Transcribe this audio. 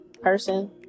person